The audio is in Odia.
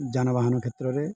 ଯାନବାହନ କ୍ଷେତ୍ରରେ